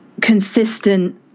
consistent